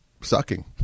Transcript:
sucking